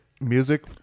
music